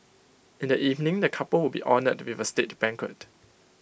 in the evening the couple will be honoured with A state banquet